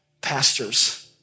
pastors